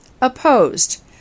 Opposed